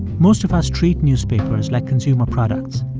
most of us treat newspapers like consumer products,